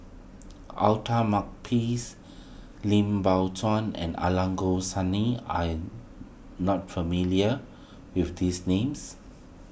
Outer Makepeace Lim Biow Chuan and Angelo are you not familiar with these names